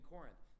Corinth